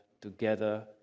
together